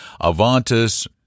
Avantis